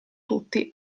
tutti